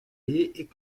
est